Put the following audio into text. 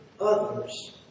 others